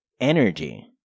energy